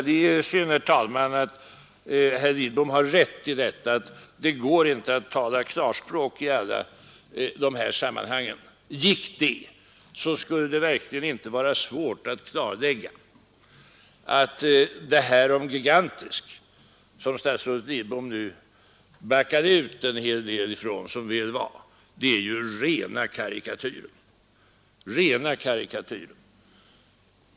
Herr talman! Det är synd att herr Lidbom har rätt i att det inte går att tala klarspråk i alla dessa sammanhang. Gick det, skulle det verkligen inte vara svårt att klarlägga att statsrådet Lidboms uttalande att det krävs en gigantisk förstärkning av säkerhetspolisens resurser — vilket statsrådet Lidbom nu som tur är till stor del backar ur — är rena karikatyren.